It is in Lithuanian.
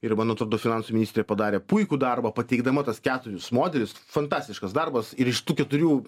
ir man atrodo finansų ministrė padarė puikų darbą pateikdama tas keturis modelius fantastiškas darbas ir iš tų keturių